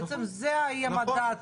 בעצם זה יהיה המדד.